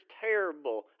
terrible